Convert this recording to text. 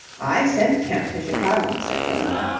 i sent kemp to chicago, said fillmore,